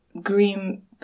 green